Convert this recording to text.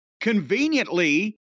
conveniently